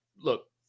look